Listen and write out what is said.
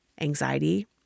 anxiety